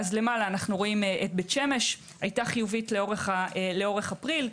בית שמש היתה חיובית לאורך אפריל.